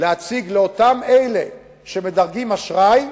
להציג לאלה שמדרגים אשראי,